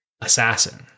assassin